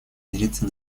мириться